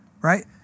Right